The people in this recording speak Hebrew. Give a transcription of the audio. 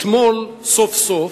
אתמול, סוף-סוף,